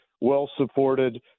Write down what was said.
well-supported